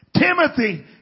Timothy